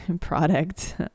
product